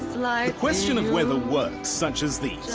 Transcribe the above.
like question of whether works such as these,